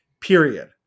period